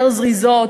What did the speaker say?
יותר זריזות,